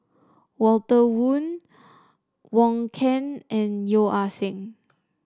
Walter Woon Wong Keen and Yeo Ah Seng